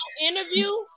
interview